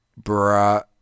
bruh